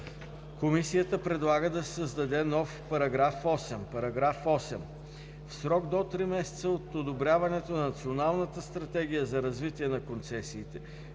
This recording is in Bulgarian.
Комисията предлага да се създаде нов § 8: „§ 8. В срок до три месеца от одобряването на Националната стратегия за развитие на концесиите